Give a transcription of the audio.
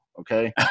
okay